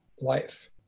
life